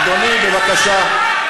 אדוני, בבקשה.